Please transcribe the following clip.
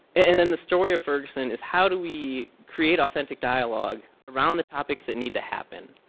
and then the story of ferguson is how do we create authentic dialogue around the topics that need to happen,